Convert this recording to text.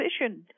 efficient